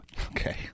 Okay